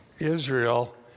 Israel